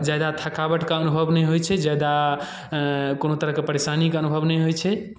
ज्यादा थकावटके अनुभव नहि होइ छै ज्यादा कोनो तरहके परेशानीके अनुभव नहि होइ छै